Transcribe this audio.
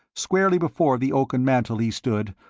squarely before the oaken mantel he stood,